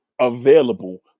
available